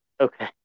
Okay